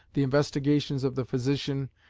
the investigations of the physician,